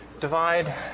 Divide